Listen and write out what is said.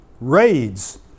raids